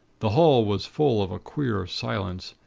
the hall was full of a queer silence,